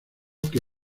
que